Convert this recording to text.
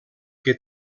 que